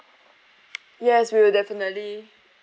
yes we will definitely